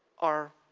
our,